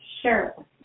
Sure